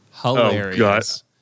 Hilarious